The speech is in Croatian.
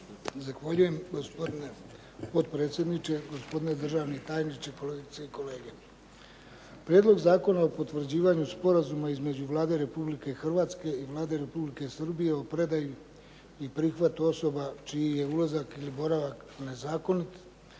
Zahvaljujem, gospodine potpredsjedniče. Gospodine državni tajniče, kolegice i kolege. Prijedlog zakona o potvrđivanju Sporazuma između Vlade Republike Hrvatske i Vlade Republike Srbije o predaji i prihvatu osoba čiji je ulazak ili boravak nezakonit